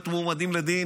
להיות מועמדים לדין